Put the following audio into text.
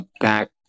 back